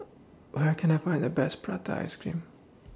Where Can I Find The Best Prata Ice Cream